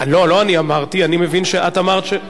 אני מבין שאת אמרת, כן, בדיוק.